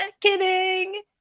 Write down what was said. kidding